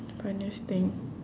funniest thing